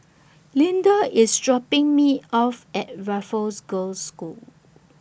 Leander IS dropping Me off At Raffles Girls' School